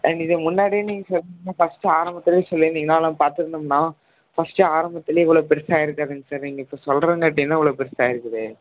ஆ இதை முன்னாடியே நீங்கள் ஃபர்ஸ்ட் ஆரம்பத்துலையே சொல்லிருந்தீங்கன்னா அதெலாம் பார்த்துருந்தோம்னா ஃபர்ஸ்ட் ஆரம்பத்துலையே இவ்வளோ பெருசாக ஆயிருக்காதுங்க சார் நீங்கள் இப்போ சொல்லுறங்காட்டியும் தான் இவ்வளோ பெருசாக ஆயிருக்குது